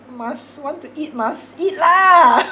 must want to eat must eat lah